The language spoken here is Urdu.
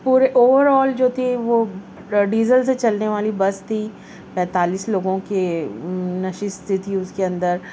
پورے اوور آل جو کہ وہ ڈیزل سے چلنے والی بس تھی پینتالیس لوگوں کے نشست تھی اس کے اندر